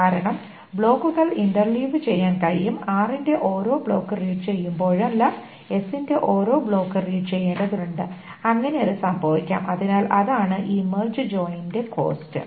കാരണം ബ്ലോക്കുകൾ ഇന്റർലീവ് ചെയ്യാൻ കഴിയും r ന്റെ ഓരോ ബ്ലോക്ക് റീഡ് ചെയ്യുമ്പോഴെല്ലാം s ന്റെ ഒരു ബ്ലോക്ക് റീഡ് ചെയ്യേണ്ടതുണ്ട് അങ്ങനെ അത് സംഭവിക്കാം അതിനാൽ അതാണ് ഈ മെർജ് ജോയിൻ ന്റെ കോസ്റ്റ്